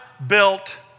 built